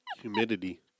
humidity